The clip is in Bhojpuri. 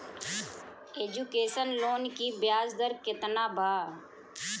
एजुकेशन लोन की ब्याज दर केतना बा?